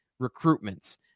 recruitments